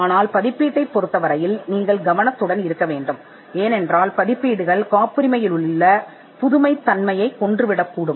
ஆனால் வெளியீடு நீங்கள் கவனமாக இருக்க வேண்டும் ஏனெனில் வெளியீடு காப்புரிமையின் புதுமையான அம்சத்தை கொல்லும்